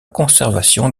conservation